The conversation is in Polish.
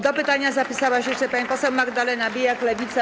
Do pytania zapisała się jeszcze pani poseł Magdalena Biejat, Lewica.